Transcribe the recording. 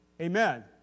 Amen